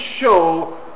show